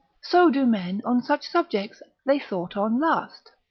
so do men on such subjects they thought on last.